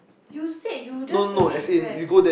you said you just said it Grab